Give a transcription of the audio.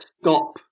stop